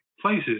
places